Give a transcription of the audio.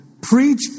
preach